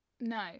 No